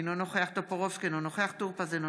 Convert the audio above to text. אינו נוכח בועז טופורובסקי,